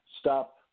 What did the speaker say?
stop